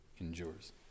endures